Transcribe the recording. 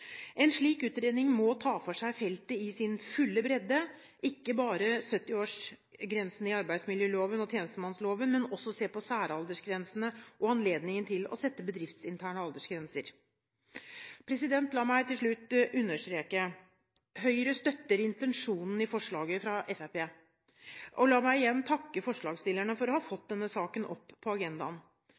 En slik utredning må ta for seg feltet i sin fulle bredde – ikke bare 70-årsgrensene i arbeidsmiljøloven og tjenestemannsloven, men også se på særaldersgrensene og anledningen til å sette bedriftsinterne aldersgrenser. La meg til slutt understreke: Høyre støtter intensjonen i forslaget fra Fremskrittspartiet. Og la meg igjen takke forslagsstillerne for å ha fått denne saken opp på agendaen.